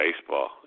baseball